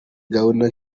gahunda